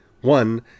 One